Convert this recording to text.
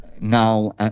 now